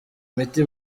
miti